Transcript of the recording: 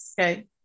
Okay